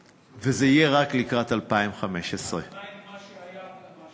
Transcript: וזה יהיה רק לקראת 2015. עדיין מה שהיה הוא שיהיה.